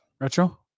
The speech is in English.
Retro